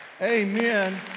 Amen